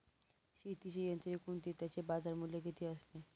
शेतीची यंत्रे कोणती? त्याचे बाजारमूल्य किती असते?